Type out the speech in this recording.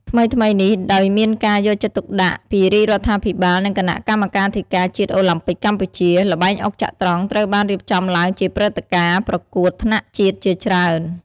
ថ្មីៗនេះ ដោយមានការយកចិត្តទុកដាក់ពីរាជរដ្ឋាភិបាល និងគណៈកម្មាធិការជាតិអូឡាំពិកកម្ពុជា ល្បែងអុកចត្រង្គត្រូវបានរៀបចំឡើងជាព្រឹត្តិការណ៍ប្រកួតថ្នាក់ជាតិជាច្រើន។